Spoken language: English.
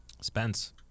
Spence